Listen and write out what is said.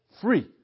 free